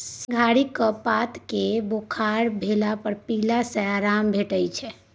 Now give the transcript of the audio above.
सिंहारिक पात केँ बोखार भेला पर पीला सँ आराम भेटै छै